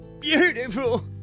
beautiful